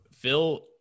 Phil